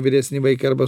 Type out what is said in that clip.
vyresni vaikai arba